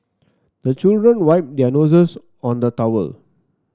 the children wipe their noses on the towel